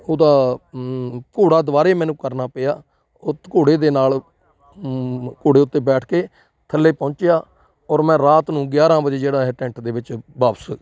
ਉਹਦਾ ਘੋੜਾ ਦੁਬਾਰੇ ਮੈਨੂੰ ਕਰਨਾ ਪਿਆ ਉਹ ਘੋੜੇ ਦੇ ਨਾਲ ਘੋੜੇ ਉੱਤੇ ਬੈਠ ਕੇ ਥੱਲੇ ਪਹੁੰਚਿਆ ਔਰ ਮੈਂ ਰਾਤ ਨੂੰ ਗਿਆਰ੍ਹਾਂ ਵਜੇ ਜਿਹੜਾ ਹੈ ਟੈਂਟ ਦੇ ਵਿੱਚ ਵਾਪਿਸ